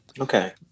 Okay